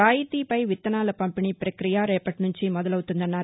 రాయితీపై విత్తనాల పంపిణీ ప్రక్రియ రేపటి నుంచి మొదలవుతుందన్నారు